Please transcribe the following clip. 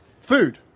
food